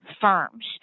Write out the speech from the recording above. firms